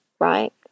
right